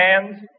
hands